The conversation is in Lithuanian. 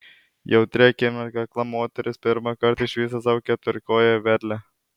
jautri akimirka akla moteris pirmąkart išvysta savo keturkoję vedlę